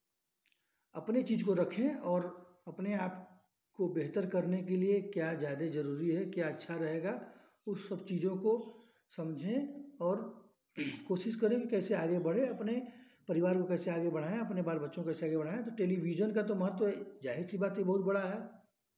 अपनी चीज़ को रखें और अपने आप को बेहतर करने के लिए क्या ज़्यादे जरूरी है क्या अच्छा रहेगा उस सब चीज़ों को समझें और कोशिश करें कैसे आगे बढ़ें अपने परिवारों को आगे बढ़ाएं अपने बाल बच्चों को उसे आगे बढ़ाएं तो टेलिवीज़न महत्व जाहिर सी बात बहुत बड़ा है